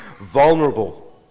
vulnerable